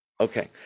Okay